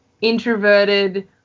introverted